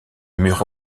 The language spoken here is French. mur